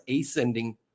ascending